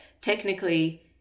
technically